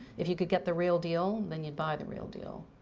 if you could get the real deal, then you'd buy the real deal.